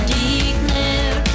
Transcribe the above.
declare